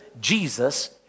Jesus